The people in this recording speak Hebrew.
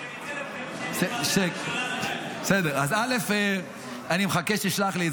כשהיא תתפזר --- אז אני מחכה שתשלח לי.